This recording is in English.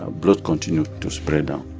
ah blood continued to spread um